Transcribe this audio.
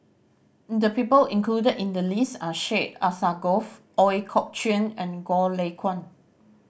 the people included in the list are Syed Alsagoff Ooi Kok Chuen and Goh Lay Kuan